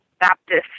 Baptist